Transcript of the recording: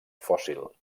fòssil